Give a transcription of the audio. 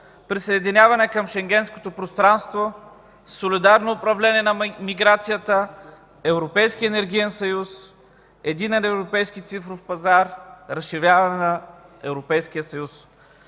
присъединяване към шенгенското пространство, солидарно управление на миграцията, Европейския енергиен съюз, Единен европейски цифров пазар, разширяване на Европейския съюз.